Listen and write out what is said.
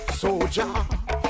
soldier